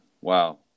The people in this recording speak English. Wow